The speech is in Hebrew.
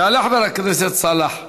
יעלה חבר הכנסת סאלח סעד,